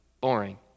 boring